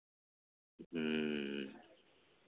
ᱦᱮᱸ